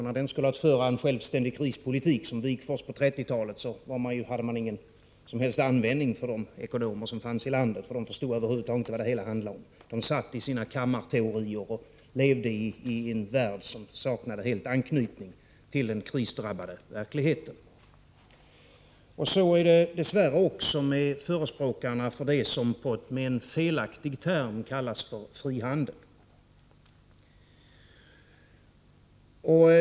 När den har skolat föra en självständig prispolitik, som Wigforss på 1930-talet, då har man inte haft någon som helst användning för de ekonomer som funnits i landet. De förstod över huvud taget inte vad det hela handlade om. De levde i sina kammarteorier och i en värld som helt saknade anknytning till den krisdrabbade verkligheten. Så är det dess värre också med förespråkarna för det som med en felaktig term kallas frihandel.